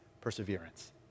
perseverance